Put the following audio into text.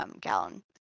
gallon